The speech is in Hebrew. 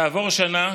כעבור שנה